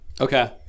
okay